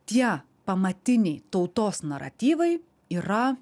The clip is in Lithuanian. tie pamatiniai tautos naratyvai yra